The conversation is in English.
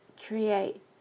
create